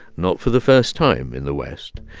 not for the first time in the west,